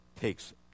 takes